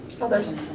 others